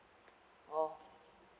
oh